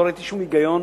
לא ראיתי שום היגיון,